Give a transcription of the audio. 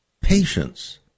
Patience